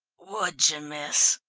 would you, miss?